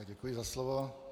Děkuji za slovo.